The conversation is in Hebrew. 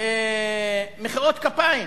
מחיאות כפיים.